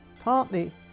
partly